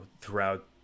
throughout